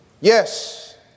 Yes